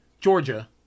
Georgia